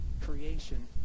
creation